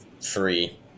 Three